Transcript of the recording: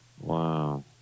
Wow